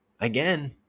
again